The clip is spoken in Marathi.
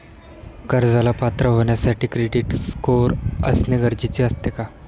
कर्जाला पात्र होण्यासाठी क्रेडिट स्कोअर असणे गरजेचे असते का?